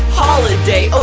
holiday